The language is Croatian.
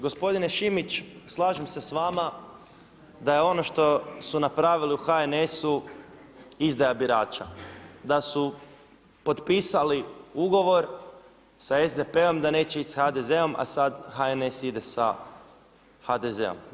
Gospodine Šimić, slažem se s vama da ono što su napravili u HNS-u izdaja birača, da su potpisali ugovor sa SDP-om da neće ići sa HDZ-om, a sada HNS ide sa HDZ-om.